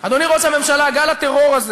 אדוני ראש הממשלה, גל הטרור הזה